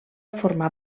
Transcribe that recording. formar